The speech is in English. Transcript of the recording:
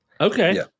Okay